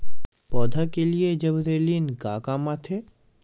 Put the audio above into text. पौधा के लिए जिबरेलीन का काम आथे?